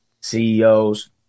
CEOs